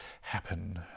happen